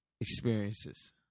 experiences